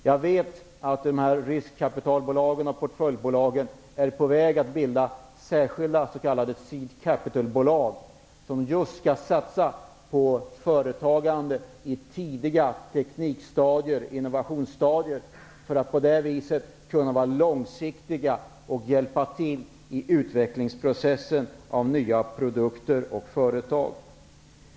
Jag vet att riskkapitalbolagen och portföljbolagen är på väg att bilda särskilda s.k. seed capital-bolag, som skall satsa just på företagande på ett tidigt innovationsstadium, för att på det sättet kunna vara långsiktiga och hjälpa till i utvecklingsprocessen av nya produkter och företag.